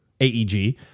AEG